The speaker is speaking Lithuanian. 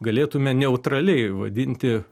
galėtume neutraliai vadinti